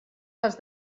les